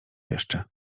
jeszcze